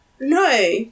No